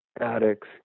addicts